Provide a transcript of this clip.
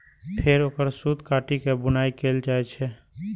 फेर ओकर सूत काटि के बुनाइ कैल जाइ छै